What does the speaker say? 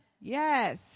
Yes